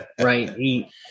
Right